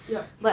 yup